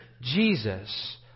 Jesus